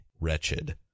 wretched